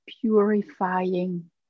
purifying